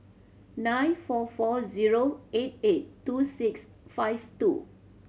nine four four zero eight eight two six five two